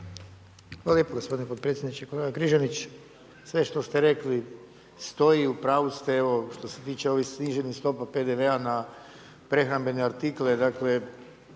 Hvala lijepo gospodine potpredsjedniče. Kolega Križanić, sve što ste rekli, stoji, u pravu ste. Evo što se tiče ovih sniženih stopa PDV-a na prehrambene artikle,